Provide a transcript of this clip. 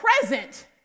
present